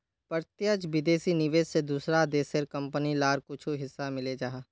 प्रत्यक्ष विदेशी निवेश से दूसरा देशेर कंपनी लार कुछु हिस्सा मिले जाहा